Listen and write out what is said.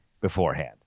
beforehand